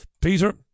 Peter